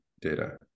data